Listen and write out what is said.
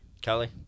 Kelly